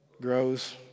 grows